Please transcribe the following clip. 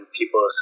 people